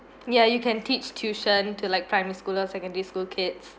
ya you can teach tuition to like primary school or secondary school kids